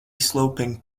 sloping